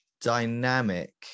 dynamic